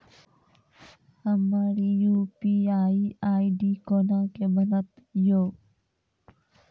हमर UPI ID कोना के बनत यो?